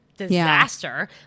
Disaster